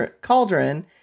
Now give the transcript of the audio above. Cauldron